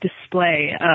display